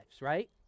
right